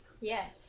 Yes